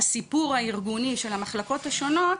הסיפור הארגוני של המחלקות השונות,